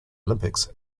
olympics